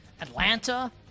Atlanta